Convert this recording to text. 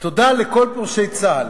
תודה לכל פורשי צה"ל